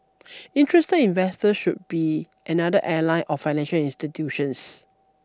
interested investors should be another airline or financial institutions